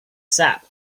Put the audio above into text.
sap